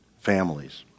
families